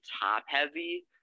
top-heavy